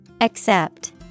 Accept